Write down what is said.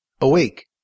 awake